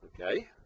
Okay